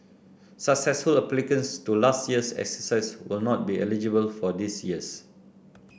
successful applicants to last year's exercise will not be eligible for this year's